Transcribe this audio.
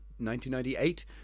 1998